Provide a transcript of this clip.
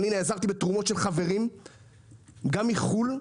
אני נעזרתי בתרומות של חברים גם מחו"ל,